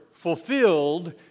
Fulfilled